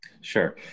Sure